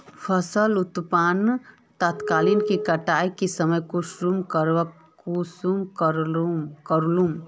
फसल उत्पादन तकनीक के कटाई के समय कुंसम करे करूम?